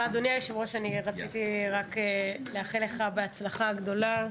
אדוני היושב-ראש, רציתי רק לאחל לך בהצלחה גדולה.